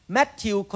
Matthew